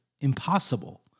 impossible